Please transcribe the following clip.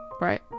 right